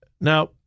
Now